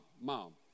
mom